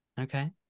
okay